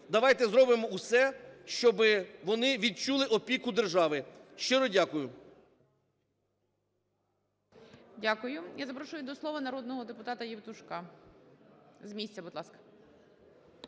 Давайте зробимо все, щоб вони відчули опіку держави. Щиро дякую. ГОЛОВУЮЧИЙ. Дякую. Я запрошую до слова народного депутата Євтушка. З місця, будь ласка.